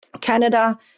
Canada